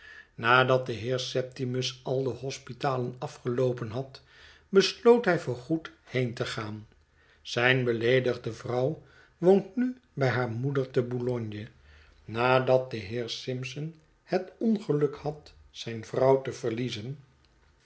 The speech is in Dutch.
at de heer septimus al de hospitalen afgeloopen had besloot hij voor goed heen te gaan zijn beleedigde vrouw woont nu bij haar moeder te boulogne nadat de heer simpson het ongeluk had zijn vrouw te verliezen